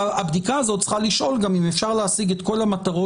הבדיקה הזאת צריכה לשאול גם אם אפשר להשיג את כל המטרות